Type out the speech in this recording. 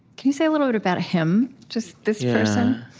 can you say a little bit about him just, this person?